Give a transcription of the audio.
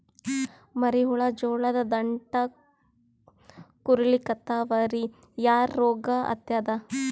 ಮರಿ ಹುಳ ಜೋಳದ ದಂಟ ಕೊರಿಲಿಕತ್ತಾವ ರೀ ಯಾ ರೋಗ ಹತ್ಯಾದ?